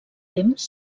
temps